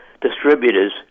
Distributors